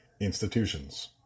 Institutions